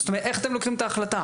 זאת אומרת איך אתם מגיעים להחלטה?